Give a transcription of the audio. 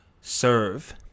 serve